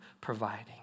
providing